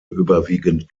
überwiegend